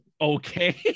okay